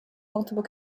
multiple